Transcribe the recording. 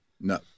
No